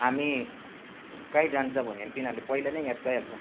हामी काहीँ जान्छ भन्यो भने तिनीहरूले पहिला नै याद पाइहाल्छ